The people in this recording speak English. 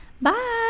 Bye